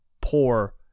poor